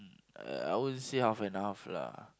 mm I I won't say half and half lah